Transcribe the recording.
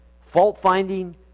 fault-finding